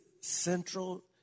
central